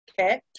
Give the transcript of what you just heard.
okay